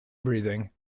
breathing